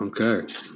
Okay